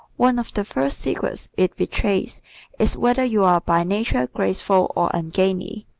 one of the first secrets it betrays is whether you are by nature graceful or ungainly.